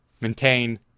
Maintain